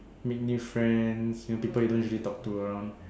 meet new friends you know people you don't usually talk to around